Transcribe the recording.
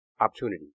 opportunity